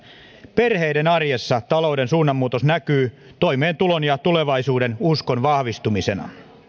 perheiden arjessa talouden suunnanmuutos näkyy toimeentulon ja tulevaisuudenuskon vahvistumisena